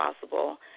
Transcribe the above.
possible